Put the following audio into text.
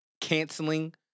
canceling